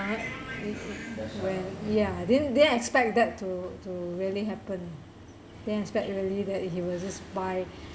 when ya didn't didn't expect that to to really happen didn't expect he really that he was just buy